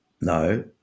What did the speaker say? no